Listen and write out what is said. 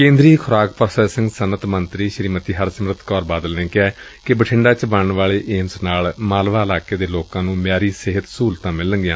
ਕੇਂਦਰੀ ਖੁਰਾਕ ਪ੍ਾਸੈਸਿੰਗ ਸੱਨਅਤ ਮੰਤਰੀ ਸ੍ਰੀਮਤੀ ਹਰਸਿਮਰਤ ਕੌਰ ਬਾਦਲ ਨੇ ਕਿਹਾ ਕਿ ਬਠਿੰਡਾ ਚ ਬਣਨ ਵਾਲੇ ਏਮਜ਼ ਨਾਲ ਮਾਲਵਾ ਇਲਾਕੇ ਦੇ ਲੋਕਾਂ ਨੂੰ ਮਿਆਰੀ ਸਿਹਤ ਸਹੁਲਤਾਂ ਮਿਲਣਗੀਆਂ